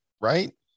Right